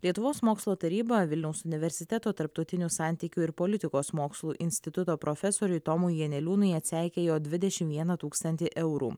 lietuvos mokslo taryba vilniaus universiteto tarptautinių santykių ir politikos mokslų instituto profesoriui tomui janeliūnui atseikėjo dvidešimt vieną tūkstantį eurų